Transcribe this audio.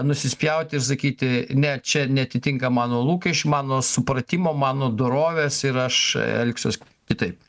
nusispjaut ir sakyti ne čia neatitinka mano lūkesčių mano supratimo mano dorovės ir aš elgsiuos kitaip